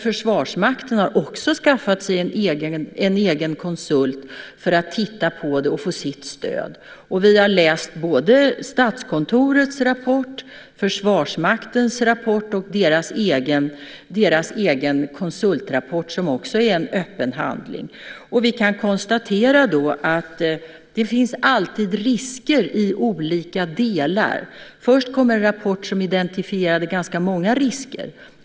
Försvarsmakten har också skaffat sig en egen konsult för att titta på det och få sitt stöd. Vi har läst både Statskontorets rapport, Försvarsmaktens rapport och deras egen konsultrapport, som också är en öppen handling. Vi kan då konstatera att det alltid finns risker i olika delar. Först kom en rapport som identifierade ganska många risker.